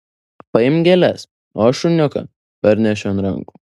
paimk gėles o aš šuniuką pernešiu ant rankų